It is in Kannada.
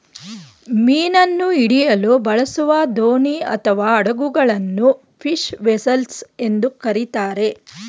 ಮೀನನ್ನು ಹಿಡಿಯಲು ಬಳಸುವ ದೋಣಿ ಅಥವಾ ಹಡಗುಗಳನ್ನು ಫಿಶ್ ವೆಸೆಲ್ಸ್ ಎಂದು ಕರಿತಾರೆ